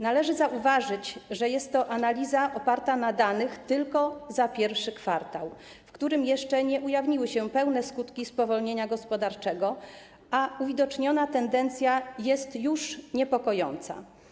Należy zauważyć, że jest to analiza oparta na danych tylko za I kwartał, w którym jeszcze nie ujawniły się pełne skutki spowolnienia gospodarczego, a uwidoczniona tendencja jest już niepokojąca.